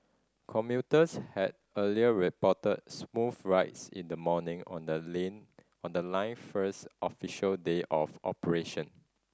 commuters had earlier reported smooth rides in the morning on the on the line's first official day of operation